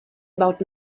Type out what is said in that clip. about